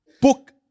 Book